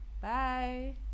Bye